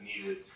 needed